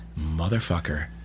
motherfucker